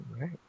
right